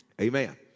Amen